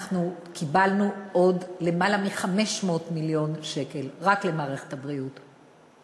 אנחנו קיבלנו עוד למעלה מ-500 מיליון שקל רק למערכת הבריאות.